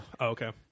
okay